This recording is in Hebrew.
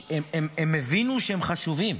הם הבינו שהם חשובים.